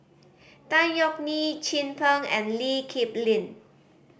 Tan Yeok Nee Chin Peng and Lee Kip Lin